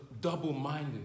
double-minded